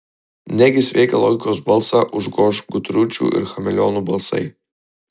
negi sveiką logikos balsą užgoš gudručių ir chameleonų balsai